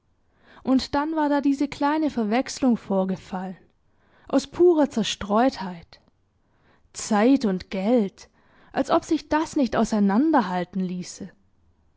und dann war da diese kleine verwechslung vorgefallen aus purer zerstreutheit zeit und geld als ob sich das nicht auseinanderhalten ließe